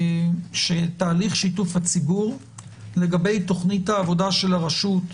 שתהליך שיתוף הציבור לגבי תוכנית העבודה של הרשות,